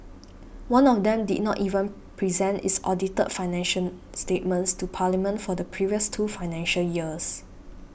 one of them did not even present its audited financial statements to Parliament for the previous two financial years